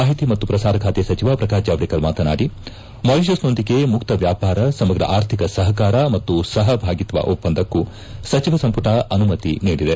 ಮಾಹಿತಿ ಮತ್ತು ಪ್ರಸಾರ ಖಾತೆ ಸಚಿವ ಪ್ರಕಾಶ್ ಜಾವಡೇಕರ್ ಮಾಶನಾಡಿ ಮಾರಿಷಸ್ನೊಂದಿಗೆ ಮುಕ್ತ ವ್ಯಾಪಾರ ಸಮಗ್ರ ಅರ್ಥಿಕ ಸಪಕಾರ ಮತ್ತು ಸಪಭಾಗಿತ್ವ ಒಪ್ಪಂದಕ್ಕೂ ಸಚಿವ ಸಂಪುಟ ಅನುಮತಿ ನೀಡಿದೆ